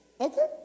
Okay